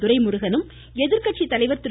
துரைமுருகனும் எதிர்கட்சி தலைவர் திரு